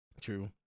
True